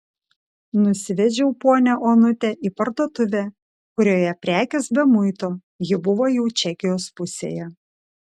nusivedžiau ponią onutę į parduotuvę kurioje prekės be muito ji buvo jau čekijos pusėje